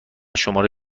شماره